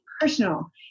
personal